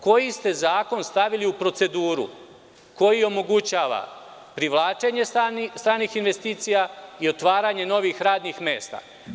Koji ste zakon stavili u proceduru koji omogućava privlačenje stranih investicija i otvaranje novih radnih mesta?